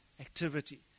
activity